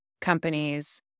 companies